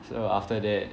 so after that